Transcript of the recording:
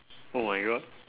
oh my god